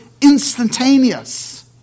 instantaneous